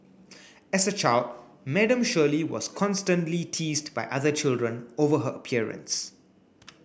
as a child Madam Shirley was constantly teased by other children over her appearance